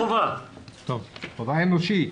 חובה אנושית.